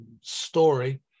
story